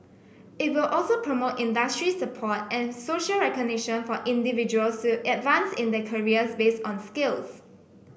it will also promote industry support and social recognition for individuals to advance in their careers based on skills